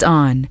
on